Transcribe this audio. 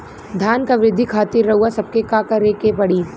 धान क वृद्धि खातिर रउआ सबके का करे के पड़ी?